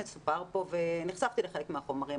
ונחשפתי לחלק מהחומרים,